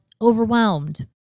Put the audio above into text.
overwhelmed